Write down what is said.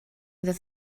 this